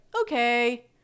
okay